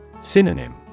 Synonym